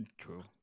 True